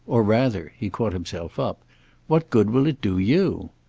or rather he caught himself up what good will it do you?